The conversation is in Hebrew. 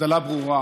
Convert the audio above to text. הבדלה ברורה